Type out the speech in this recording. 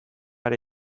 ere